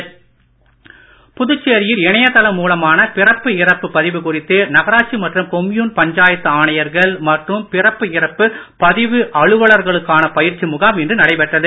பயிற்சி புதுச்சேரியில் இணையதளம் மூலமான பிறப்பு இறப்பு பதிவு குறித்து நகராட்சி மற்றும் கொம்யூன் பஞ்சாயத்து ஆணையர்கள் மற்றும் பிறப்பு இறப்பு பதிவு அலுவலர்களுக்கான பயிற்சி முகாம் இன்று நடைபெற்றது